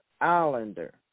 Islander